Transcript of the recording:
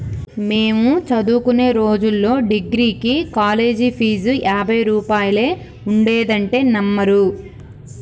మేము చదువుకునే రోజుల్లో డిగ్రీకి కాలేజీ ఫీజు యాభై రూపాయలే ఉండేదంటే నమ్మరు